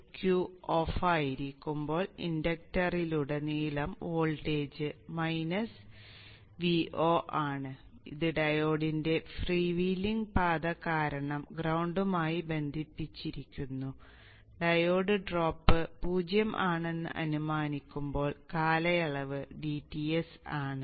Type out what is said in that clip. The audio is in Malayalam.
Q ഓഫായിരിക്കുമ്പോൾ ഇൻഡക്ടറിലുടനീളം വോൾട്ടേജ് Vo ആണ് ഇത് ഡയോഡിന്റെ ഫ്രീ വീലിംഗ് പാത കാരണം ഗ്രൌണ്ടുമായി ബന്ധിപ്പിച്ചിരിക്കുന്നു ഡയോഡ് ഡ്രോപ്പ് 0 ആണെന്ന് അനുമാനിക്കുമ്പോൾ കാലയളവ് dTs ആണ്